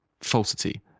falsity